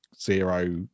Zero